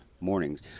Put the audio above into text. mornings